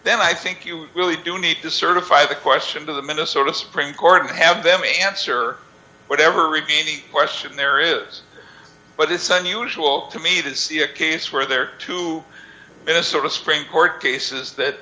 then i think you really do need to certify the question to the minnesota supreme court and have them answer whatever review question there is but it's unusual to me to see a case where there are two minnesota supreme court cases that